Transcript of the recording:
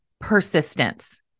persistence